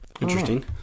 Interesting